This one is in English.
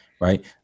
right